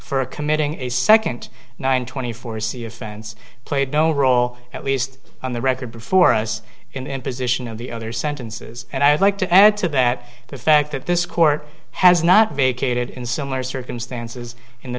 for committing a second nine twenty four c offense played no role at least on the record before us in position of the other sentences and i would like to add to that the fact that this court has not vacated in similar circumstances in the